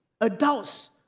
Adults